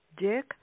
Dick